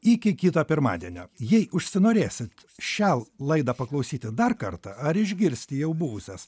iki kito pirmadienio jei užsinorėsit šią laidą paklausyti dar kartą ar išgirsti jau buvusias